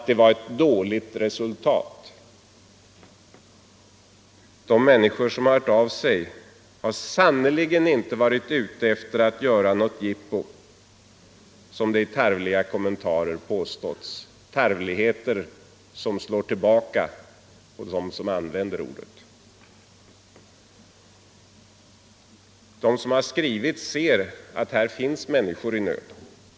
De människor som hört av sig är sannerligen inte ute efter att göra något ”jippo”, som det i tarvliga kommentarer påståtts. Dessa tarvligheter slår tillbaka på den som själv gör dessa kommentarer. De som skrivit ser att här finns människor i nöd.